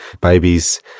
babies